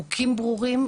חוקים ברורים,